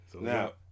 now